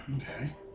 Okay